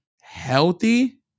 healthy